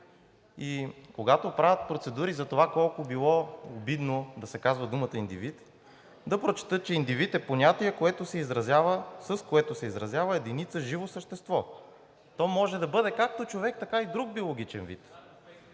и когато правят процедури за това колко било обидно да се казва думата „индивид“, да прочетат, че „индивид“ е понятие, с което се изразява единица живо същество – то може да бъде както човек, така и друг биологичен вид.